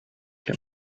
him